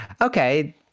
okay